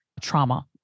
trauma